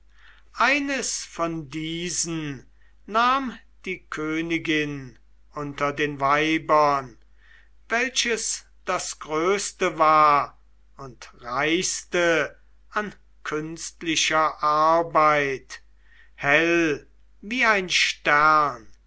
eines von diesen nahm die königin unter den weibern welches das größeste war und reichste an künstlicher arbeit hell wie ein stern